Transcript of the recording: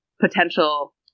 Potential